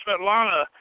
Svetlana